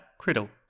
Criddle